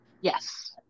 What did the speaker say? Yes